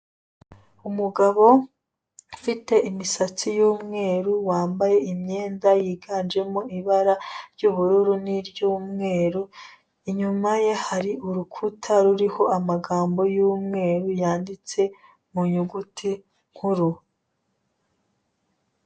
Umugabo ufite imisatsi y'umweru wambaye imyenda yiganjemo ibara ry'ubururu n'iry'umweru, inyuma ye hari urukuta ruriho amagambo y'umweru yanditse mu nyuguti nkuru.